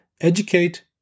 educate